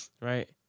Right